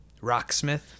rocksmith